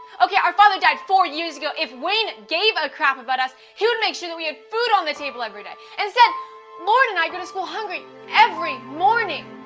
okay, our father died four years ago. if wayne gave a crap about us, he would make sure that we have food on the table every day, instead, lauren and i go to school hungry every morning.